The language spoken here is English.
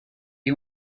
you